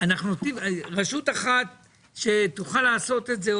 רשות אחת שתוכל לעשות את זה,